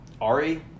Ari